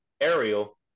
Ariel